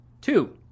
Two